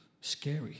Scary